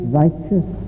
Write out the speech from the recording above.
righteous